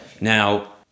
Now